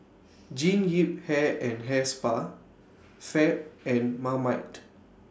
Jean Yip Hair and Hair Spa Fab and Marmite